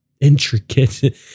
intricate